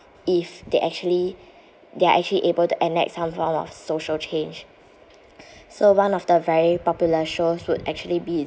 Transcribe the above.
if they actually they are actually able to enact some form of social change so one of the very popular shows would actually be